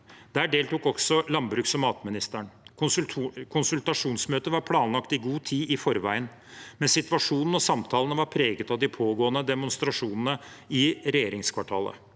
Der deltok også landbruks- og matministeren. Konsultasjonsmøtet var planlagt i god tid i forveien, men situasjonen og samtalene var preget av de pågående demonstrasjonene i regjeringskvartalet.